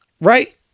Right